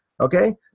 Okay